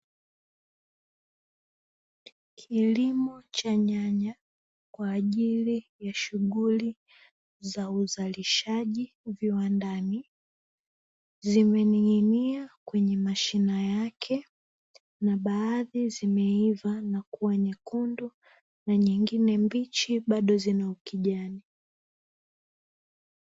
Kilimo cha nyanya kwa ajili ya shughuli za uzalishaji viwandani, zimening'inia kwenye mashina yake na baadhi zimeiva na kua nyekundu na nyingine mbichi bado zina ukijani.